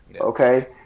okay